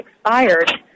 expired